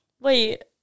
Wait